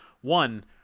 one